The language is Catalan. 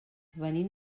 venim